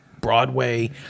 Broadway